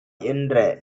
என்ற